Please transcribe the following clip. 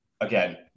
Again